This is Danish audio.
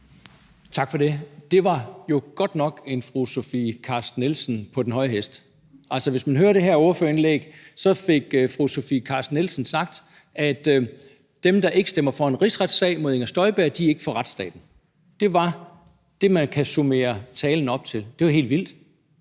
Tak for det. Det var godt nok en fru Sofie Carsten Nielsen på den høje hest. Altså, i det her ordførerindlæg fik fru Sofie Carsten Nielsen sagt, at dem, der ikke stemmer for en rigsretssag mod Inger Støjberg, ikke går ind for retsstaten. Det var sådan, man kunne opsummere talen. Det er jo helt vildt.